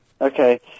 Okay